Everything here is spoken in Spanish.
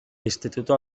instituto